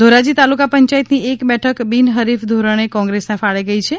ધોરાજી તાલુકા પંચાયતની એક બેઠક બિન હરીફ ધોરણે કોંગ્રેસના ફાળે ગઈ છે